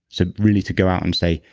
so really to go out and say,